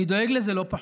אני דואג לזה לא פחות.